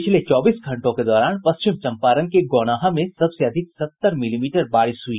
पिछले चौबीस घंटों के दौरान पश्चिम चम्पारण के गौनाहा में सबसे अधिक सत्तर मिलीमीटर बारिश हुई